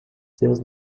seus